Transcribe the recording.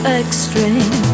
extreme